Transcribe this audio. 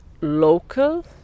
local